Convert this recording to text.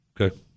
Okay